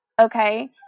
okay